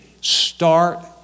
Start